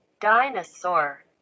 Dinosaur